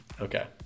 Okay